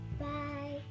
Bye